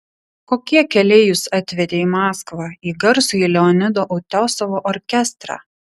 kokie keliai jus atvedė į maskvą į garsųjį leonido utiosovo orkestrą